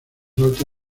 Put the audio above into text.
alta